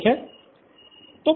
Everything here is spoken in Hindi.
ठीक है